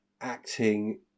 acting